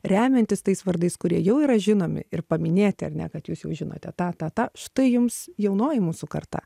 remiantis tais vardais kurie jau yra žinomi ir paminėti ar ne kad jūs jau žinote tą tą tą štai jums jaunoji mūsų karta